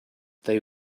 they